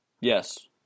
Yes